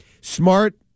Smart